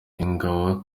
ingabo